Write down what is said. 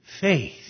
faith